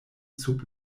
sub